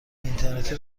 اینترنتی